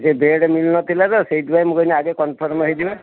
ଯେ ବେଡ଼୍ ମିଳୁ ନ ଥିଲା ତ ସେଇଥି ପାଇଁ ମୁଁ କହିଲି ଆଗେ କନଫ୍ରମ୍ ହେଇଯିବା